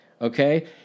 okay